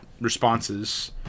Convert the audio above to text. responses